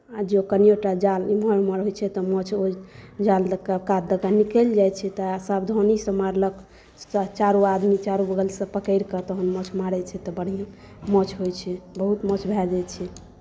आ जँ कनिओ टा जाल इम्हर उम्हर होइत छै तऽ माछो जाल दऽ कऽ कात दऽ कऽ निकलि जाइत छै ताहि सावधानीसँ मारलक चारू आदमी चारू बगलसँ पकड़ि कऽ तखन माछ मारैत छै तऽ बढ़िआँ माछ होइत छै बहुत माछ भए जाइत छै